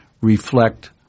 reflect